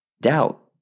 doubt